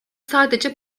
sadece